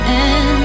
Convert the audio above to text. end